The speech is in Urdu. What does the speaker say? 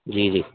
جی جی